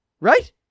right